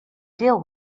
deal